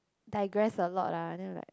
digress a lot ah then I'm like